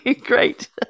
Great